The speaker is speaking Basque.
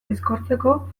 bizkortzeko